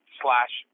slash